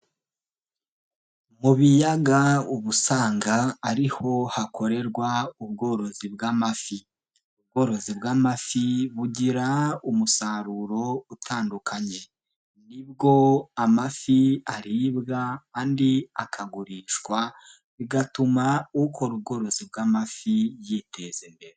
Mu biyaga uba usanga ari ho hakorerwa ubworozi bw'amafi, ubworozi bw'amafi bugira umusaruro utandukanye, ni bwo amafi aribwa andi akagurishwa bigatuma ukora ubworozi bw'amafi yiteza imbere.